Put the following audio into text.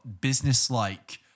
business-like